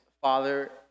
father